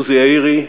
עוזי יאירי,